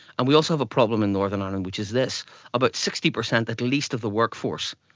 and we also have a problem in northern ireland which is this about sixty percent at least of the workforce,